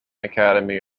academy